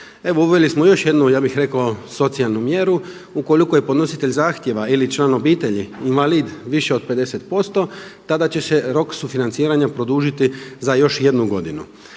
uveli smo još jednu, ja bih rekao, socijalnu mjeru, ukoliko je podnositelj zahtjeva ili član obitelji invalid više od 50% tada će se rok sufinanciranja produžiti za još jednu godinu.